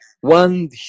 one